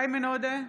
איימן עודה,